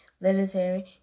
literary